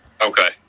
Okay